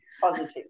Positive